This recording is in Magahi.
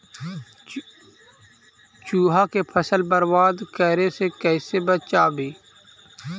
चुहा के फसल बर्बाद करे से कैसे बचाबी?